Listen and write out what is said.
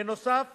בנוסף